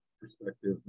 Perspective